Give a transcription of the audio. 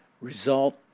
result